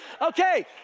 Okay